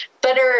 better